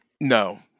No